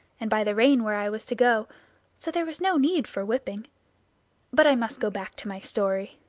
and by the rein where i was to go so there was no need for whipping but i must go back to my story.